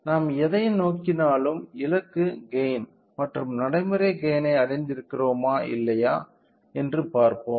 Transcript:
நாம் எதை நோக்கினாலும் இலக்கு கெய்ன் மற்றும் நடைமுறை கெய்ன் ஐ அடைந்திருக்கிறோமா இல்லையா என்று பார்ப்போம்